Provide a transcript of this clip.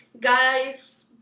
guys